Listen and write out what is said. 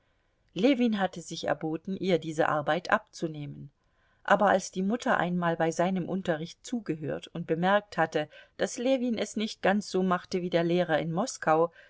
ljewin hatte sich erboten ihr diese arbeit abzunehmen aber als die mutter einmal bei seinem unterricht zugehört und bemerkt hatte daß ljewin es nicht ganz so machte wie der lehrer in moskau